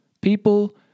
People